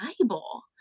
Bible